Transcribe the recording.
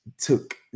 took